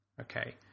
Okay